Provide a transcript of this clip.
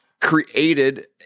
created